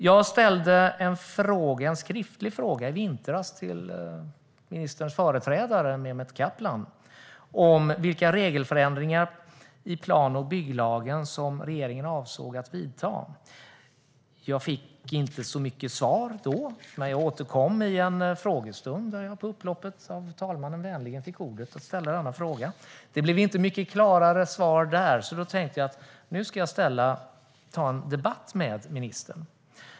Jag ställde en skriftlig fråga i vintras till ministerns företrädare, Mehmet Kaplan, om vilka regelförändringar i plan och bygglagen som regeringen avsåg att vidta. Jag fick inte så mycket svar då, men jag återkom på upploppet i en frågestund där jag av talmannen vänligen fick ordet för att ställa denna fråga. Det blev inte ett mycket klarare svar där, så då tänkte jag att jag skulle ta en debatt med ministern.